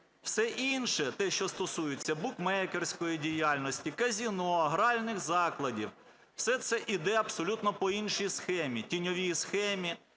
Все інше, те, що стосується букмекерської діяльності, казино, гральних закладів, все це іде абсолютно по іншій схемі, тіньовій схемі,